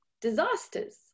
disasters